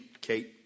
Kate